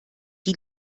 die